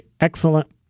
excellent